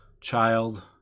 child